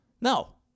No